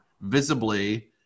visibly